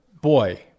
Boy